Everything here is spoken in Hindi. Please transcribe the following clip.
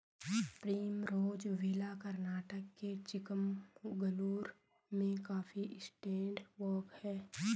प्रिमरोज़ विला कर्नाटक के चिकमगलूर में कॉफी एस्टेट वॉक हैं